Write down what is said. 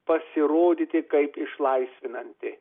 pasirodyti kaip išlaisvinanti